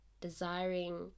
desiring